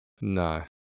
No